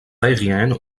aérienne